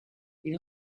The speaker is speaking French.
ils